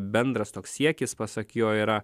bendras toks siekis pasak jo yra